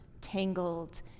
tangled